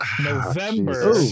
*November*